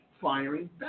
firing